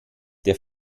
der